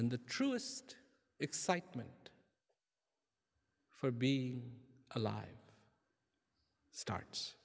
and the truest excitement for be alive starts